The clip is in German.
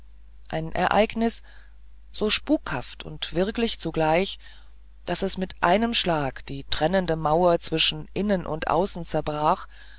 ein ereignis so spukhaft und wirklich zugleich daß es mit einem schlag die trennende mauer zwischen innen und außen zerbrach